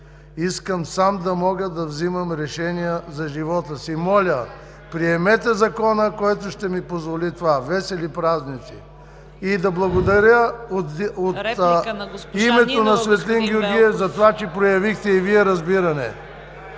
Искам сам да мога да взимам решения за живота си. Моля, приемете закона, който ще ми позволи това. Весели празници!“ Благодаря от името на Светлин Георгиев за това, че проявихте и Вие разбиране.